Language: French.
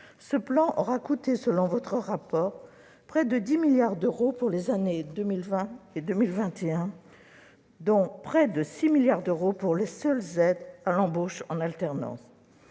» aura coûté, selon votre rapport, près de 10 milliards d'euros pour les années 2020 et 2021, dont près de 6 milliards d'euros pour les seules aides à l'embauche en alternance.